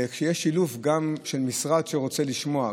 כשיש שילוב של משרד שרוצה לשמוע,